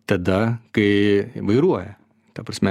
tada kai vairuoja ta prasme